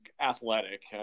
athletic